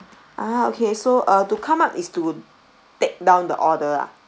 ah okay so uh to come up is to take down the order ah